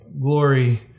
glory